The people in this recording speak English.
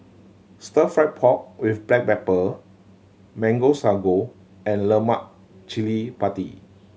Stir Fried Pork With Black Pepper Mango Sago and lemak cili padi